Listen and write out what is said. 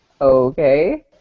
Okay